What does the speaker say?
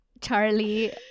Charlie